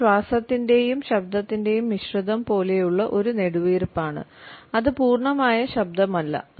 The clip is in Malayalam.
ഇത് ശ്വാസത്തിന്റെയും ശബ്ദത്തിന്റെയും മിശ്രിതം പോലെയുള്ള ഒരു നെടുവീർപ്പാണ് അത് പൂർണ്ണമായ ശബ്ദമല്ല